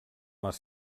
les